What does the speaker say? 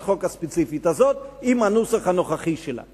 החוק הספציפית הזאת בנוסח הנוכחי שלה.